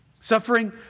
Suffering